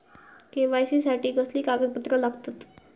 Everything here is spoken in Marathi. के.वाय.सी साठी कसली कागदपत्र लागतत?